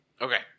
Okay